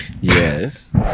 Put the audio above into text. Yes